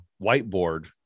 whiteboard